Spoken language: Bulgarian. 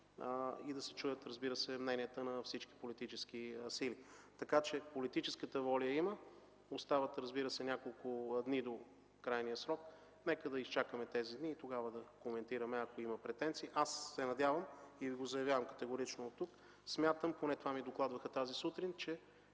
чуят мненията, разбира се, на всички политически сили. Така че, политическата воля я има. Остават, разбира, се няколко дни до крайния срок. Нека да изчакаме тези дни и тогава да коментираме, ако има претенции. Надявам се и категорично го заявявам оттук: смятам, поне това ми докладваха тази сутрин, че